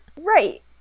Right